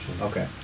Okay